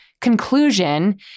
conclusion